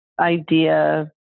idea